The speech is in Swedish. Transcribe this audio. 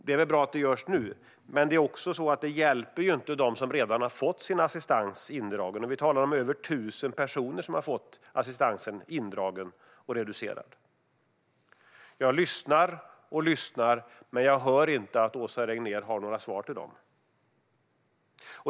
Det är väl bra att det görs nu, men det hjälper inte dem som redan har fått sin assistans indragen. Vi talar om över 1 000 personer som har fått sin assistans indragen och reducerad. Jag lyssnar och lyssnar, men jag hör inte att Åsa Regnér har några svar till dem.